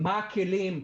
מהם הכלים,